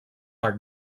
are